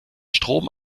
strom